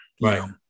right